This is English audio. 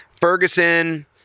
Ferguson